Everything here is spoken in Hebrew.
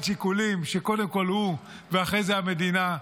שיקולים שקודם כול הוא ואחרי זה המדינה,